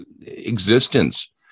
existence